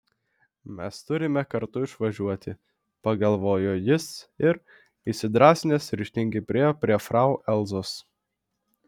mes turime kartu išvažiuoti pagalvojo jis ir įsidrąsinęs ryžtingai priėjo prie frau elzos